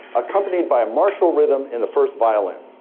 accompanied by a marshal rhythm in the first violin.